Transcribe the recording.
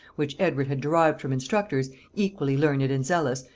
which edward had derived from instructors equally learned and zealous,